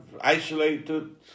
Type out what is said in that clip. isolated